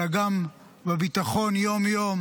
אלא גם בביטחון יום-יום,